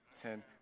ten